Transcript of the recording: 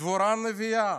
דבורה הנביאה